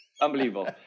Unbelievable